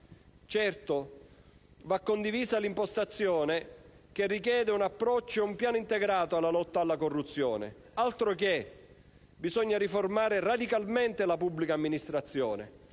Certo, va condivisa l'impostazione che richiede un approccio e un piano integrato alla lotta alla corruzione. Altroché! Bisogna riformare radicalmente la pubblica amministrazione